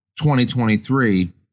2023